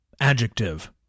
adjective